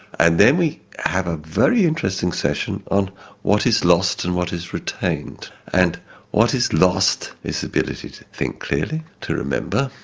and then we have a very interesting session on what is lost and what is retained. and what is lost is the ability to think clearly, to remember,